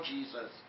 Jesus